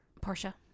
Portia